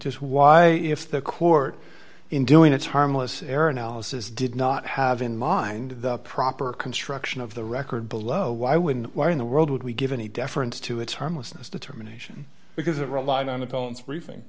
just why if the court in doing its harmless error analysis did not have in mind the proper construction of the record below why wouldn't why in the world would we give any deference to its harmlessness determination because it relied on the balance briefing